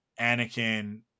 Anakin